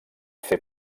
fer